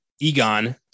Egon